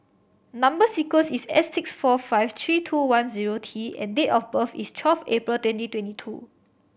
number sequence is S six four five three two one zero T and date of birth is twelfth April twenty twenty two